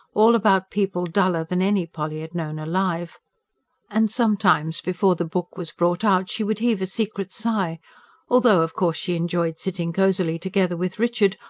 all about people duller than any polly had known alive and sometimes, before the book was brought out, she would heave a secret sigh although, of course, she enjoyed sitting cosily together with richard,